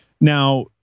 Now